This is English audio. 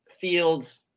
Fields